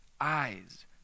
eyes